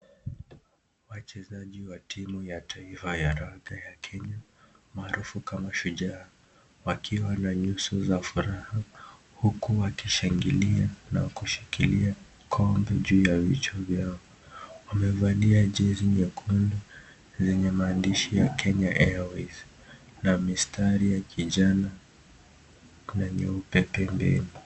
Wachezaji wa timu ya taifa ya raga ya Kenya maarufu kama Shujaa, wakiwa na nyuso za furaha huku wakishangilia na kushikilia kombe juu ya vichwa vyao. Wamevalia jezi jekundu lenye maandishi ya Kenya Airways na mistari ya kijani, kuna nyeupe pembeni.